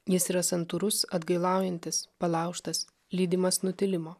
jis yra santūrus atgailaujantis palaužtas lydimas nutilimo